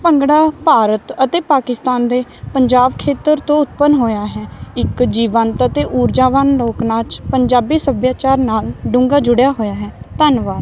ਭੰਗੜਾ ਭਾਰਤ ਅਤੇ ਪਾਕਿਸਤਾਨ ਦੇ ਪੰਜਾਬ ਖੇਤਰ ਤੋਂ ਉਤਪਨ ਹੋਇਆ ਹੈ ਇੱਕ ਜੀਵੰਤ ਅਤੇ ਊਰਜਾਵਾਨ ਲੋਕ ਨਾਚ ਪੰਜਾਬੀ ਸੱਭਿਆਚਾਰ ਨਾਲ ਡੂੰਘਾ ਜੁੜਿਆ ਹੋਇਆ ਹੈ ਧੰਨਵਾਦ